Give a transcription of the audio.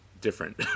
different